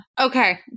okay